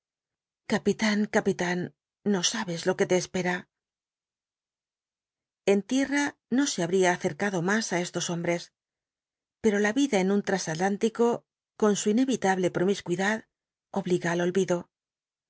capitán capitán no sabes lo que te espera en tierra firme no se habría acercado más á estos hombres pero la vida en un trasatlántico con su inevitable promiscuidad obliga ai olvido